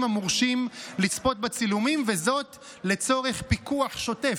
המורשים לצפות בצילומים לצורך פיקוח שוטף,